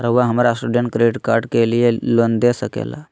रहुआ हमरा student credit card के लिए लोन दे सके ला?